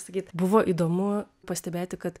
sakyt buvo įdomu pastebėti kad